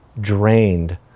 drained